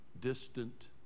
distant